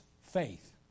faith